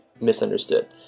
misunderstood